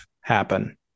happen